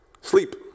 sleep